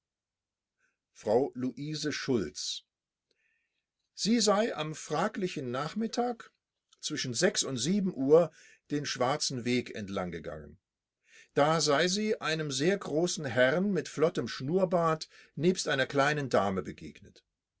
frau luise schulz sie sei am fraglichen nachmittag zwischen und uhr den schwarzen weg entlang gegangen da sei sie einem sehr großen herrn mit flottem schnurrbart nebst einer kleinen dame begegnet